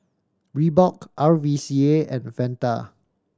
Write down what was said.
Reebok R V C A and Fanta